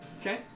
okay